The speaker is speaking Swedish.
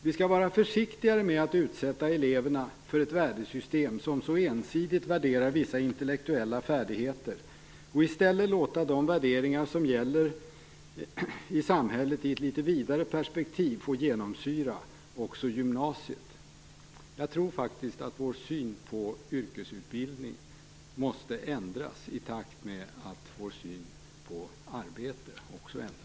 Vi skall vara försiktigare med att utsätta eleverna för ett värdesystem som så ensidigt värderar visa intellektuella färdigheter och i stället låta de värderingar som gäller i samhället i ett litet vidare perspektiv få genomsyra också gymnasiet. Jag tror faktiskt att vår syn på yrkesutbildning måste ändras i takt med att vår syn på arbete också ändras.